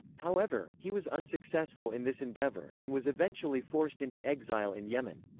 however, he was unsuccessful in this endeavor, and was eventually forced into exile in yemen.